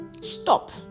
Stop